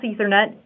Ethernet